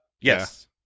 Yes